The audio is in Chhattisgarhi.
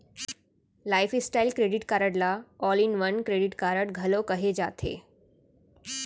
लाईफस्टाइल क्रेडिट कारड ल all in one credit card घलो केहे जाथे